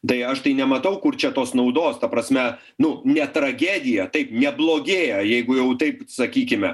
tai aš tai nematau kur čia tos naudos ta prasme nu ne tragedija taip neblogėja jeigu jau taip sakykime